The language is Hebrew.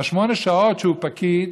בשמונה השעות שהוא פקיד,